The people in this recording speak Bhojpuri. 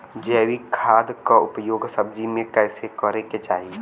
जैविक खाद क उपयोग सब्जी में कैसे करे के चाही?